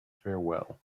farewell